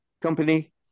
company